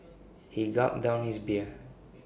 he gulped down his beer